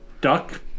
duck